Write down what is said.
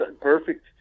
Perfect